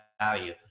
value